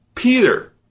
Peter